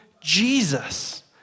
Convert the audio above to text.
Jesus